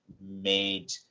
made